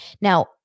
Now